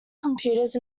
computers